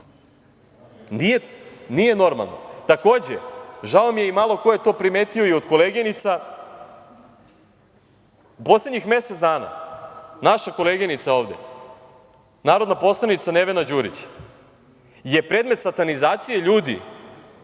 Nije normalno. Takođe, žao mi je, i malo ko je to primetio i od koleginica, u poslednjih mesec dana naša koleginica ovde, narodna poslanica Nevena Đurić, je predmet satanizacije ljudi